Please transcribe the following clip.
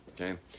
Okay